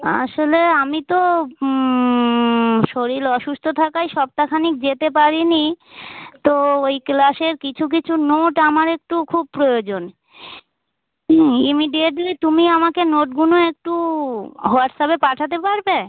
আসলে আমি তো শরীর অসুস্থ থাকায় সপ্তাহখানেক যেতে পারিনি তো ওই ক্লাসের কিছু কিছু নোট আমার একটু খুব প্রয়োজন ইমিডিয়েটলি তুমি আমাকে নোটগুলো একটু হোয়াটসঅ্যাপে পাঠাতে পারবে